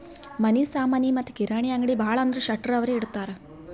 ಮನಿ ಸಾಮನಿ ಮತ್ತ ಕಿರಾಣಿ ಅಂಗ್ಡಿ ಭಾಳ ಅಂದುರ್ ಶೆಟ್ಟರ್ ಅವ್ರೆ ಇಡ್ತಾರ್